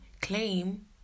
claim